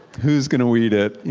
who is going to weed it.